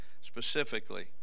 specifically